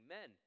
Men